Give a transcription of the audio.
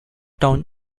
town